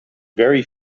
very